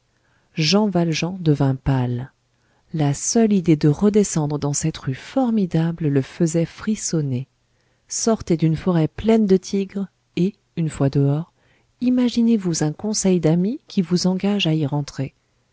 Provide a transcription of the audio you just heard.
jean valjean devint pâle la seule idée de redescendre dans cette rue formidable le faisait frissonner sortez d'une forêt pleine de tigres et une fois dehors imaginez-vous un conseil d'ami qui vous engage à y rentrer